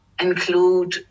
include